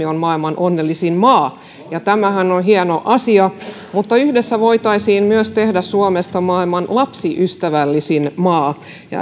on maailman onnellisin maa tämähän on hieno asia mutta yhdessä voitaisiin tehdä suomesta myös maailman lapsiystävällisin maa